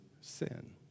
sin